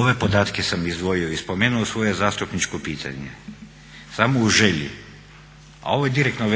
Ove podatke sam izdvojio i spomenuo svoje zastupničko pitanje samo u želji, a ovo je direktno